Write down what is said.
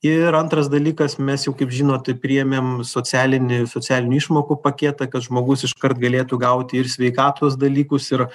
ir antras dalykas mes jau kaip žinot priėmėm socialinį socialinių išmokų paketą kad žmogus iškart galėtų gauti ir sveikatos dalykus ir